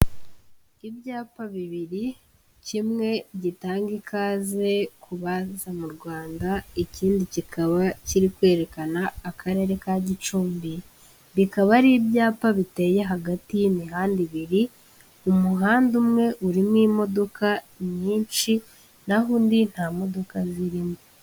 Ibyapa bibiri kimwe gitanga ikaze kubaza mu Rwanda ikindi kikaba kiri kwerekana akarere ka Gicumbi bikaba ari ibyapa biteye hagati y'imihanda ibiri umuhanda umwe urimo imodoka nyinshi n'aho undi nta modoka zirimo.